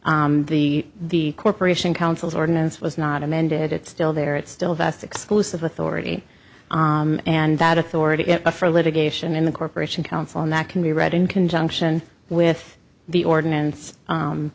not the the corporation counsel's ordinance was not amended it's still there it's still vast exclusive authority and that authority is a for litigation in the corporation council and that can be read in conjunction with the ordinance